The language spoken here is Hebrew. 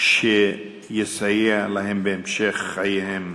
שיסייע להם בהמשך חייהם.